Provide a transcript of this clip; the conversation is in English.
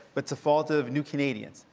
but it's the fault of new canadians.